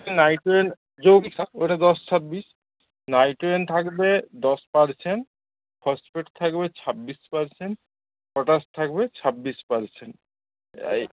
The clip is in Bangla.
নাইট্রোজেন যৌগিক সার ওটা দশ ছাব্বিশ নাইট্রোজেন থাকবে দশ পার্সেন্ট ফসফেট থাকবে ছাব্বিশ পার্সেন্ট পটাশ থাকবে ছাব্বিশ পার্সেন্ট এই